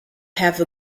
have